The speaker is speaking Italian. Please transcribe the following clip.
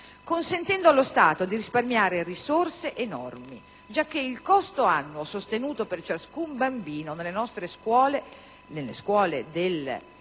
consentendo allo Stato di risparmiare risorse enormi, giacché il costo annuo sostenuto per ciascun bambino nelle scuole paritarie